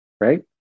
Right